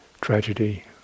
tragedy